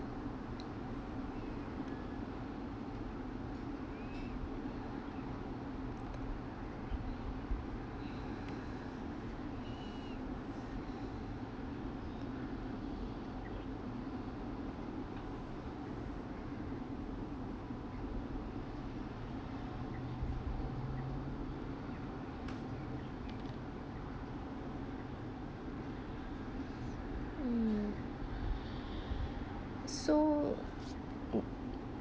mm so